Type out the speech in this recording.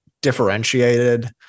differentiated